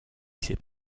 ses